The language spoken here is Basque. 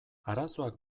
arazoak